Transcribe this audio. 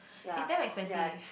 it's damn expensive